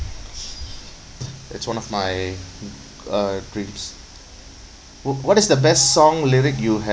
it's one of my uh dreams w~ what is the best song lyric you have